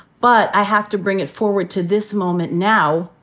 but i have to bring it forward to this moment now,